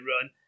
run